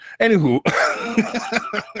anywho